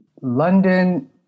London